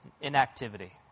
inactivity